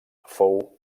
fou